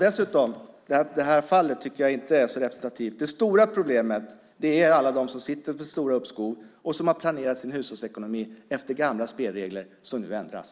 Dessutom tycker jag inte att fallet är så representativt. Det stora problemet är alla som sitter med stora uppskov och som har planerat sin hushållsekonomi efter spelregler som nu ändras.